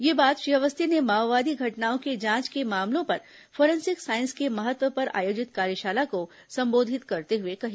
यह बात श्री अवस्थी ने माओवादी घटनाओं के जांच के मामलों पर फॉरेंसिक साईस के महत्व पर आयोजित कार्यशाला को संबोधित करते हुए कही